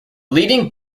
leading